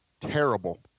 terrible